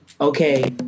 okay